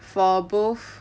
for both